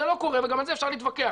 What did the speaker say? זה לא קורה וגם על זה אפשר להתווכח,